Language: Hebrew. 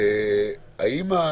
אם אתם מדברים גם על יחידנים וגם על